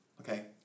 Okay